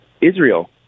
Israel